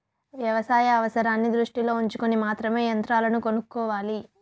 వ్యవసాయ అవసరాన్ని దృష్టిలో ఉంచుకొని మాత్రమే యంత్రాలను కొనుక్కోవాలి